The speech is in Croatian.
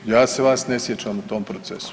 Ja se vas ne sjećam u tom procesu.